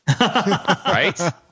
Right